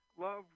Love